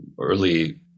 early